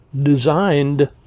designed